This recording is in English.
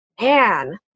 man